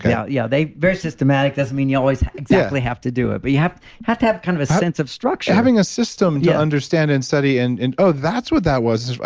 yeah, yeah very systematic, doesn't mean you always exactly have to do it, but you have have to have kind of a sense of structure. having a system to understand and study and and oh, that's what that was.